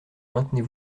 maintenez